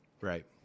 Right